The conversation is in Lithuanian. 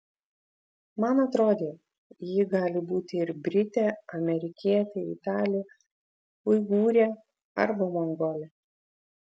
man atrodė ji gali būti ir britė amerikietė italė uigūrė arba mongolė